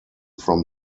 from